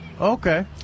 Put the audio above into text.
Okay